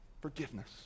forgiveness